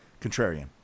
contrarian